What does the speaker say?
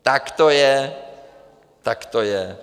Tak to je, tak to je.